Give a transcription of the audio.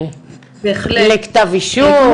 לכתב אישום,